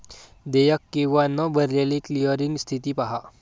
देयक किंवा न भरलेली क्लिअरिंग स्थिती पहा